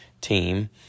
team